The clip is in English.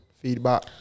feedback